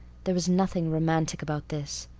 there was nothing romantic about this.